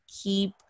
keep